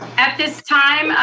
at this time,